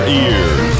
ears